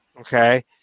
okay